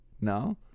No